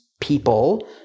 people